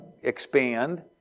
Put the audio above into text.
expand